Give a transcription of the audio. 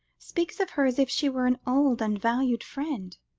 speaks of her as if she were an old and valued friend.